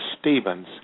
Stevens